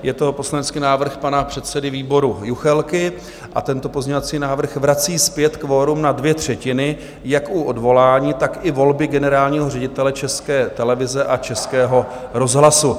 Je to poslanecký návrh pana předsedy výboru Juchelky a tento pozměňovací návrh vrací zpět kvorum na dvě třetiny jak u odvolání, tak i volby generálního ředitele České televize a Českého rozhlasu.